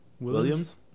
Williams